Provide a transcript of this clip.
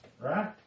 right